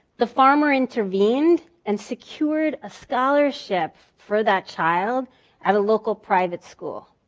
the farmer intervened and secured a scholarship for that child at a local private school.